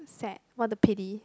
sad what a pity